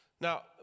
Now